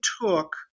took